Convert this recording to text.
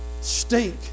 stink